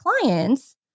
clients